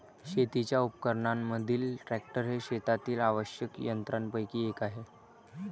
शेतीच्या उपकरणांमधील ट्रॅक्टर हे शेतातील आवश्यक यंत्रांपैकी एक आहे